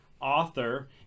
author